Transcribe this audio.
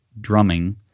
drumming